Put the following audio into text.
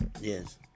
Yes